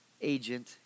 agent